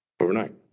overnight